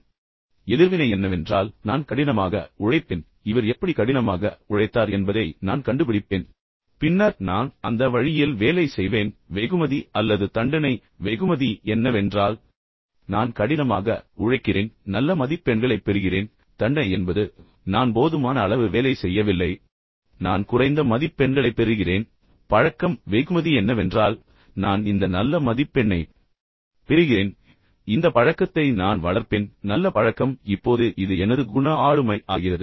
அதற்கு நடவடிக்கை அல்லது எதிர்வினை என்னவென்றால் நான் கடினமாக உழைப்பேன் இந்த பையன் எப்படி கடினமாக உழைத்தார் என்பதை நான் கண்டுபிடிப்பேன் பின்னர் நான் அந்த வழியில் வேலை செய்வேன் வெகுமதி அல்லது தண்டனை வெகுமதி என்னவென்றால் நான் கடினமாக உழைக்கிறேன் நான் பொருத்தமான கிரேடுகளை பெறுகிறேன் நல்ல மதிப்பெண்களை பெறுகிறேன் தண்டனை என்பது நான் போதுமான அளவு வேலை செய்யவில்லை எனவே நான் குறைந்த மதிப்பெண்களை பெறுகிறேன் பழக்கம் வெகுமதி என்னவென்றால் எனவே நான் இந்த நல்ல மதிப்பெண்ணைப் பெறுகிறேன் எனவே இந்த பழக்கத்தை நான் வளர்ப்பேன் சரி நல்ல பழக்கம் இப்போது இது எனது குண ஆளுமை ஆகிறது